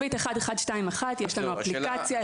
1121* ויש לנו גם אפליקציה.